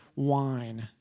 wine